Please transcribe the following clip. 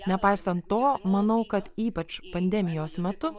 nepaisant to manau kad ypač pandemijos metu